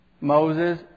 Moses